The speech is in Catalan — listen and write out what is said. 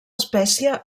espècie